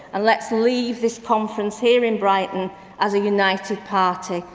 and let's leave this conference here in brighton as a united party.